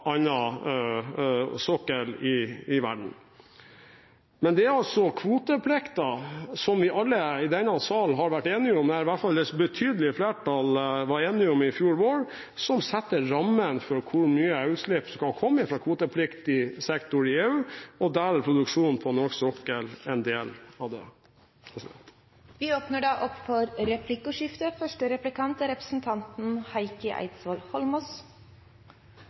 sokkel i verden. Men det er altså kvoteplikten, som vi alle i denne sal, i hvert fall et betydelig flertall, var enige om i fjor vår, som setter rammene for hvor mye utslipp som kan komme fra kvotepliktig sektor i EU, og det er produksjonen på norsk sokkel en del av. Det blir replikkordskifte. Jeg har egentlig bare ett spørsmål, og det er: